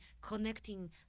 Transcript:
connecting